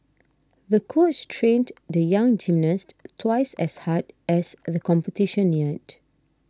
the coach trained the young gymnast twice as hard as the competition neared